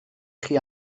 chi